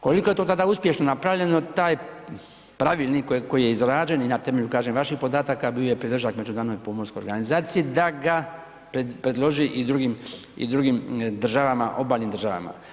Koliko je to tada uspješno napravljeno, taj pravilnik koji je izrađen i na temelju kažem vaših podataka bio je priložak međudržavnoj pomorskoj organizaciji da ga predloži i drugim, i drugim državama, obalnim državama.